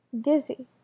dizzy